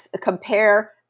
compare